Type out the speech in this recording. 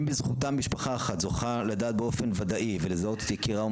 אם בזכותם משפחה אחת זוכה לדעת באופן וודאי ולזהות את יקירם,